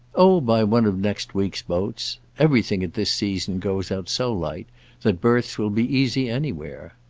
oh by one of next week's boats. everything at this season goes out so light that berths will be easy anywhere.